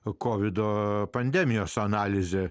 akordo pandemijos analizę